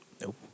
Nope